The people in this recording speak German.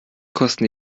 kosten